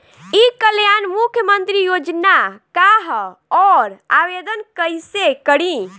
ई कल्याण मुख्यमंत्री योजना का है और आवेदन कईसे करी?